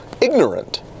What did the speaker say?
ignorant